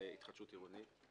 ולהתחדשות עירונית.